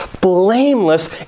blameless